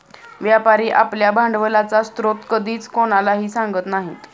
व्यापारी आपल्या भांडवलाचा स्रोत कधीच कोणालाही सांगत नाही